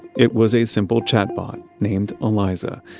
it was a simple chatbot named eliza,